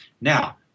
Now